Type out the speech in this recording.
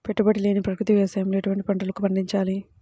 పెట్టుబడి లేని ప్రకృతి వ్యవసాయంలో ఎటువంటి పంటలు పండించాలి?